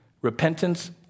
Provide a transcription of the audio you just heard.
Repentance